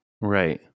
Right